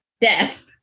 Death